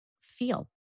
feel